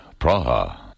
Praha